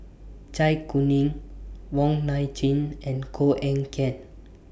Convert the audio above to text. Zai Kuning Wong Nai Chin and Koh Eng Kian